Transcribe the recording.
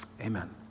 Amen